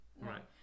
Right